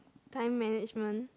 time management